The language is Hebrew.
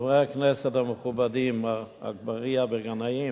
חברי הכנסת המכובדים אגבאריה וגנאים,